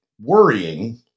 worrying